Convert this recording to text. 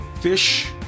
fish